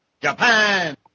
Japan